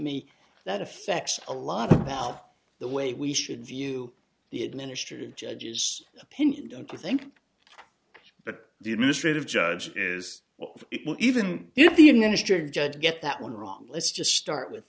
me that affects a lot about the way we should view the administrative judges opinion don't you think but the administrative judge is well even if the administrative judge get that one wrong let's just start with